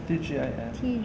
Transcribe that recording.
T_G_I_F